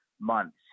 months